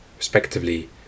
Respectively